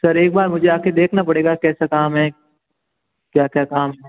sir एक बार मुझे आकर देखना पड़ेगा कैसा काम है क्या क्या काम है